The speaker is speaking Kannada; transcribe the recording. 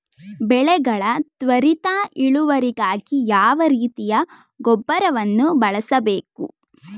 ಬೆಳೆಗಳ ತ್ವರಿತ ಇಳುವರಿಗಾಗಿ ಯಾವ ರೀತಿಯ ಗೊಬ್ಬರವನ್ನು ಬಳಸಬೇಕು?